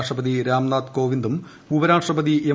രാഷ്ട്രപതി രാംനാഥ് കോവിന്ദും ഉപരാഷ്ട്രപതി എം